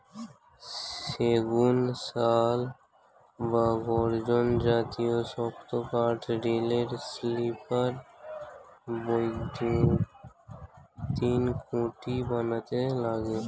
সেগুন, শাল বা গর্জন জাতীয় শক্ত কাঠ রেলের স্লিপার, বৈদ্যুতিন খুঁটি বানাতে লাগে